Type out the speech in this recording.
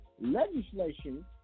legislation